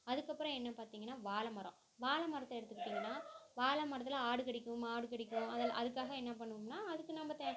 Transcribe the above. அதுக்கப்புறம் என்ன பார்த்திங்கனா வாழை மரம் வாழை மரத்தை எடுத்துக்கிட்டிங்கனால் வாழை மரத்தில் ஆடு கடிக்கும் மாடு கடிக்கும் அதனால் அதுக்காக என்ன பண்ணுவோம்னால் அதுக்கு நம்ம தே